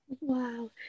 Wow